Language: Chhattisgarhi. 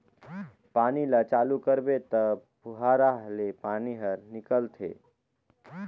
पानी ल चालू करबे त फुहारा ले पानी हर निकलथे